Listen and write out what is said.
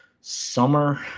summer